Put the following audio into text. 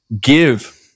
give